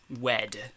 wed